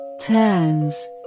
turns